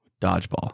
Dodgeball